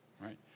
right